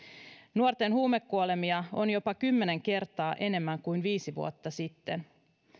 nuorten huumekuolemia on jopa kymmenen kertaa enemmän kuin viisi vuotta sitten